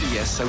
Yes